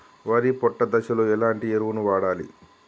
వరి పొట్ట దశలో ఎలాంటి ఎరువును వాడాలి?